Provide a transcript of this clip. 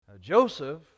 Joseph